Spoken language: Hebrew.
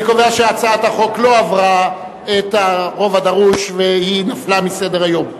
אני קובע שהצעת החוק לא קיבלה את הרוב הדרוש והיא נפלה מסדר-היום.